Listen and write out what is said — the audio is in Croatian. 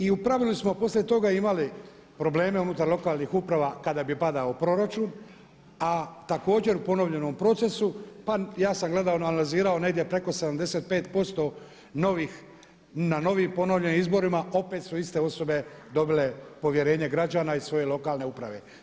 I u pravilu smo poslije toga imali probleme unutar lokalnih uprava kada bi padao proračun, a također u ponovljenom procesu pa ja sam gledao, analizirao negdje preko 75% novih, na novim ponovljenim izborima opet su iste osobe dobile povjerenje građana iz svoje lokalne uprave.